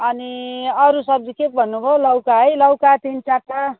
अनि अरू सब्जी के भन्नुभयो लौका है लौका तिन चारवटा